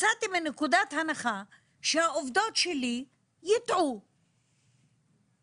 יצאתי מנקודת הנחה שהעובדות שלי ייטעו תוך